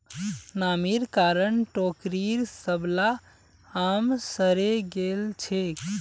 नमीर कारण टोकरीर सबला आम सड़े गेल छेक